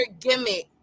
gimmick